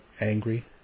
angry